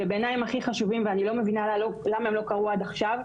ובעיניי הם הכי חשובים ואני לא מבינה למה הם לא קרו עד עכשיו.